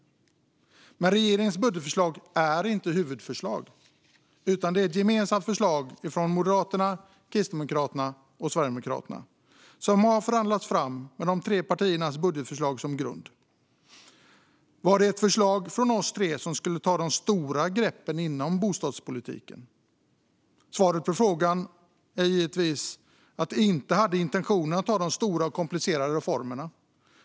Regeringens budgetförslag är inte ett huvudförslag, utan huvudförslaget är ett gemensamt förslag från Moderaterna, Kristdemokraterna och Sverigedemokraterna som har förhandlats fram med de tre partiernas budgetförslag som grund. Var det ett förslag från oss tre som skulle ta de stora greppen inom bostadspolitiken? Svaret på frågan är givetvis att det inte hade intentionen att ta greppet om de stora och komplicerade reformerna.